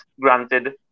granted